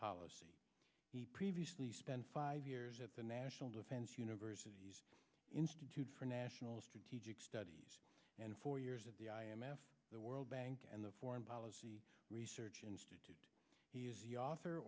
policy previously spent five years at the national defense university institute for national strategic studies and four years at the i m f the world bank and the foreign policy research institute he is author